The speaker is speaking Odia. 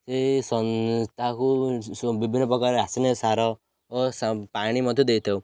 ସେ ତାହାକୁ ବିଭିନ୍ନ ପ୍ରକାର ରାସାୟନିକ ସାର ଓ ପାଣି ମଧ୍ୟ ଦେଇଥାଉ